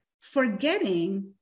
forgetting